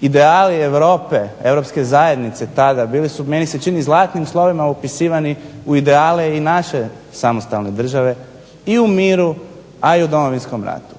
ideali Europe, Europske zajednice tada bili su meni se čini zlatnim slovima upisivani u ideale i naše samostalne države i u miru, a i u Domovinskom ratu.